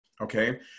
Okay